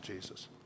Jesus